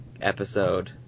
episode